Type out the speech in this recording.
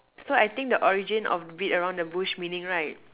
so I think the origin of beat around the bush meaning right